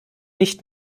nicht